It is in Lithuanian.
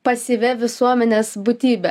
pasyvia visuomenės būtybė